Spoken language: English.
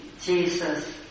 Jesus